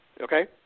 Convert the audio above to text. Okay